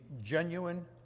genuine